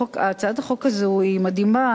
הצעת החוק הזו היא מדהימה,